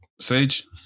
Sage